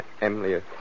Emily